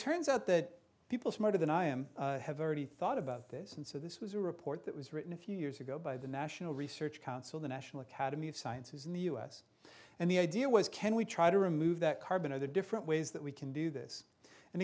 turns out that people smarter than i am have already thought about this and so this was a report that was written a few years ago by the national research council the national academy of sciences in the us and the idea was can we try to remove that carbon or the different ways that we can do this and